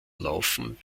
laufen